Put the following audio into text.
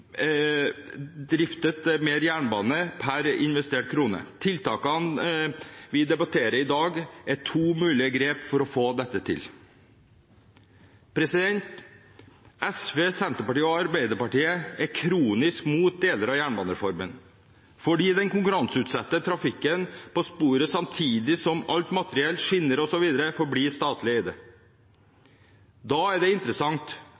drifte mer jernbane per investert krone. Tiltakene vi debatterer i dag, er to mulige grep for å få dette til. SV, Senterpartiet og Arbeiderpartiet er kronisk imot deler av jernbanereformen, fordi den konkurranseutsetter trafikken på sporet samtidig som alt materiell – skinner osv. – forblir statlig eid. Da er det interessant